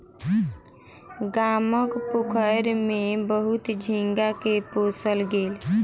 गामक पोखैर में बहुत झींगा के पोसल गेल